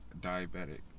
diabetic